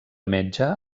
metge